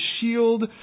shield